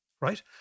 right